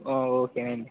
ఓకేనండి